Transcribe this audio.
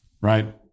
Right